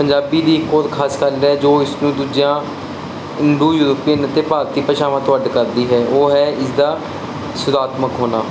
ਪੰਜਾਬੀ ਦੀ ਇੱਕ ਹੋਰ ਖਾਸ ਗੱਲ ਹੈ ਜੋ ਇਸ ਨੂੰ ਦੂਜਿਆਂ ਇੰਡੋ ਯੂਰਪੀਅਨ ਅਤੇ ਭਾਰਤੀ ਭਾਸ਼ਾਵਾਂ ਤੋਂ ਅੱਡ ਕਰਦੀ ਹੈ ਉਹ ਹੈ ਇਸਦਾ ਸੁਝਾਤਮਕ ਹੋਣਾ